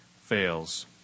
fails